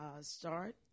start